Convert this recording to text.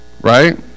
Right